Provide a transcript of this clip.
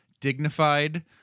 dignified